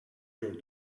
your